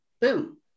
boom